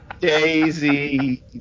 Daisy